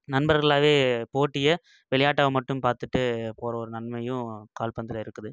நண்பர்களாகவே போட்டியை விளாட்டா மட்டும் பார்த்துட்டு போகிற ஒரு நன்மையும் கால்பந்தில் இருக்குது